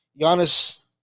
Giannis